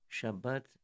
Shabbat